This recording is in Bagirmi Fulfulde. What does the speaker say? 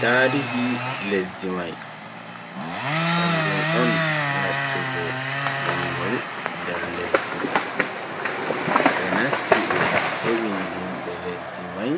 Tarihi lesdi mai kanjum on nastugo mongol nder lesdi man. be nasti be hebini himbe lesdi mai